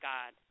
God